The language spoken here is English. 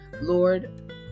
Lord